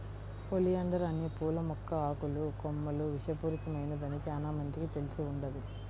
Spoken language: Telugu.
ఒలియాండర్ అనే పూల మొక్క ఆకులు, కొమ్మలు విషపూరితమైనదని చానా మందికి తెలిసి ఉండదు